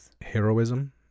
heroism